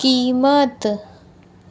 कीमत